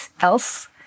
else